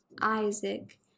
Isaac